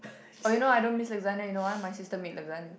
oh you know I don't miss lasagna you know why my sister make lasagna